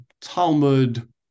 Talmud